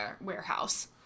warehouse